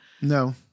No